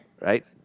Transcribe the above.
right